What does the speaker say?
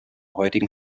heutigen